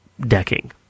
decking